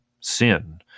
sin